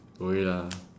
oh ya